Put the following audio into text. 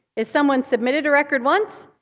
if someone submitted a record once,